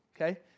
okay